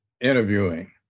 interviewing